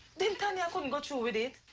then, tanya, i couldn't go through with it.